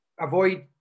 avoid